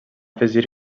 afegir